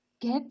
get